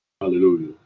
Hallelujah